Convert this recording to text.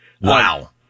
Wow